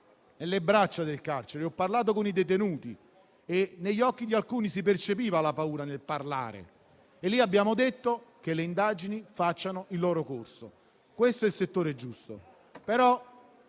nei bracci del carcere, ho parlato con i detenuti e negli occhi di alcuni si percepiva la paura di parlare. A tal riguardo auspichiamo che le indagini facciano il loro corso. Questo è il settore giusto.